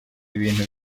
ibintu